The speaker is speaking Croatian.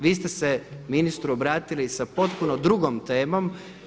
Vi ste se ministru obratili sa potpuno drugom temom.